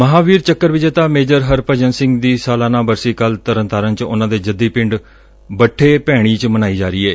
ਮਹਾਂਵੀਰ ਚੱਕਰ ਵਿਜੇਤਾ ਮੇਜਰ ਹਰਭਜਨ ਸਿੰਘ ਦੀ ਸਾਲਾਨਾ ਬਰਸੀ ਕੱਲੂ ਤਰਨਤਾਰਨ ਚ ਉਨੂਾਂ ਦੇ ਜੱਦੀ ਪਿੰਡ ਬੱਠੇ ਭੈਣੀ ਚ ਮਨਾਈ ਜਾ ਰਹੀ ਏ